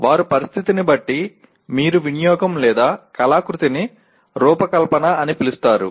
వారు పరిస్థితిని బట్టి మీరు వినియోగం లేదా కళాకృతిని రూపకల్పన అని పిలుస్తారు